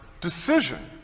decision